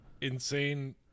insane